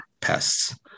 pests